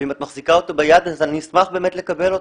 ואם את מחזיקה אותו ביד אז אני אשמח באמת לקבל אותו.